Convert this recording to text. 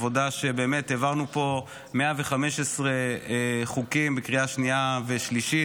ובאמת העברנו פה 115 חוקים בקריאה שנייה ושלישית